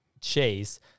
chase